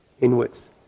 inwards